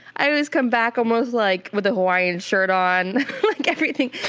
i always come back almost like with a hawaiian shirt on, like everything.